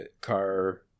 car